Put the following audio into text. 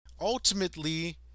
ultimately